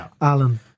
Alan